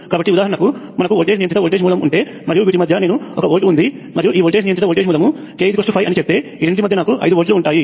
కాబట్టి ఉదాహరణకు మనకు వోల్టేజ్ నియంత్రిత వోల్టేజ్ మూలం ఉంటే మరియు వీటి మధ్య నేను ఒక వోల్ట్ ఉంది మరియు ఈ వోల్టేజ్ నియంత్రిత వోల్టేజ్ మూలం k 5 అని చెప్తే ఈ రెండింటి మధ్య నాకు 5 వోల్ట్లు ఉంటాయి